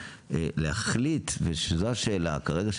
להחליט וזו השאלה כרגע,